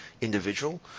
individual